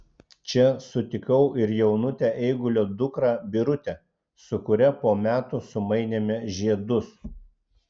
čia sutikau ir jaunutę eigulio dukrą birutę su kuria po metų sumainėme žiedus